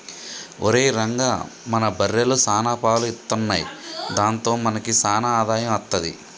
ఒరేయ్ రంగా మన బర్రెలు సాన పాలు ఇత్తున్నయ్ దాంతో మనకి సాన ఆదాయం అత్తది